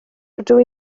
rydw